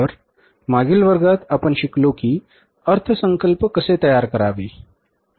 तर मागील वर्गात आपण शिकलो की अर्थसंकल्प कसे तयार करावे